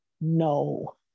no